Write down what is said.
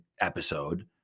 episode